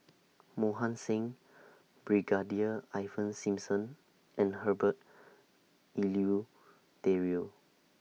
Mohan Singh Brigadier Ivan Simson and Herbert Eleuterio